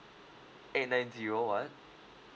eight nine zero one